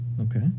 Okay